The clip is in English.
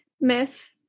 myth